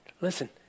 listen